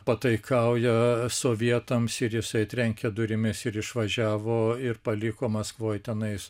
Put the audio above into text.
pataikauja sovietams ir jisai trenkė durimis ir išvažiavo ir paliko maskvoj tenais